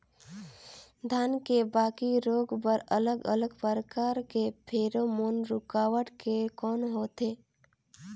धान के बाकी रोग बर अलग अलग प्रकार के फेरोमोन रूकावट के कौन होथे?